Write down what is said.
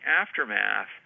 aftermath